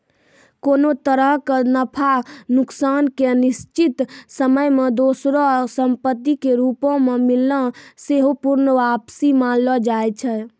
कोनो तरहो के नफा नुकसान के निश्चित समय मे दोसरो संपत्ति के रूपो मे मिलना सेहो पूर्ण वापसी मानलो जाय छै